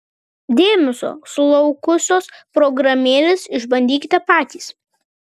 dėmesio sulaukusios programėlės išbandykite patys